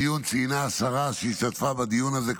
בדיון ציינה השרה שהיא השתתפה בדיון הזה,